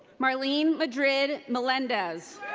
marlene madrid melendez.